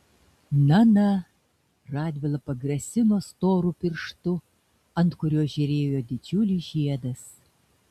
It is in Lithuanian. na na radvila pagrasino storu pirštu ant kurio žėrėjo didžiulis žiedas